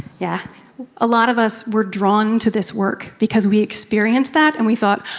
yeah a lot of us were drawn to this work because we experience that, and we thought,